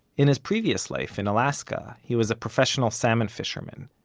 in his previous life, in alaska, he was professional salmon fisherman,